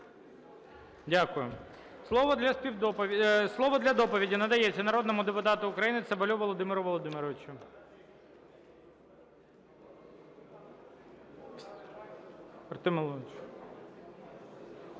Дякую. Слово для доповіді надається народному депутату України Цабалю Володимиру Володимировичу. 18:46:31